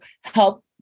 help